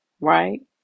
right